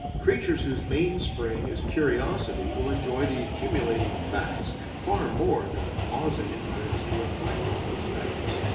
creatures whose mainspring is curiosity will enjoy the accumulating of facts, far more than the pausing at times to reflect on those facts.